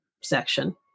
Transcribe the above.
section